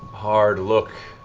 hard look,